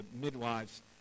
midwives